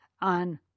on